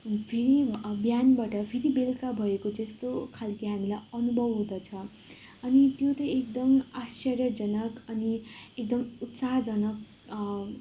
फेरि बिहानबाट फेरि बेलुका भएको जस्तो खालके हामीलाई अनुभव हुँदछ अनि त्यो त एकदम आश्चर्यजनक अनि एकदम उत्साहजनक